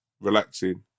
relaxing